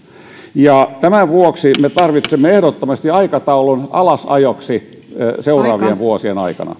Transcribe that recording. tämän vuoksi me tarvitsemme ehdottomasti aikataulun alasajoksi seuraavien vuosien aikana